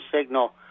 signal